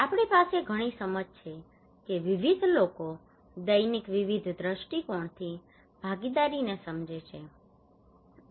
આપણી પાસે ઘણી સમજ છે કે વિવિધ લોકો દૈનિક વિવિધ દ્રષ્ટિકોણથી ભાગીદારીને સમજે છે